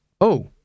Oh